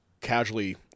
casually